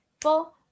four